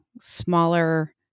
smaller